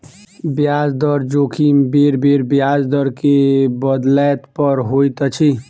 ब्याज दर जोखिम बेरबेर ब्याज दर के बदलै पर होइत अछि